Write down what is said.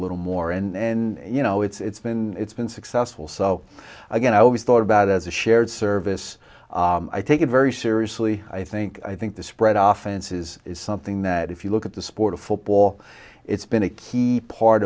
little more in you know it's been it's been successful so again i always thought about it as a shared service i take it very seriously i think i think the spread often says something that if you look at the sport of football it's been a key part